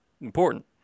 important